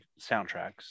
soundtracks